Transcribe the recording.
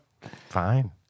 Fine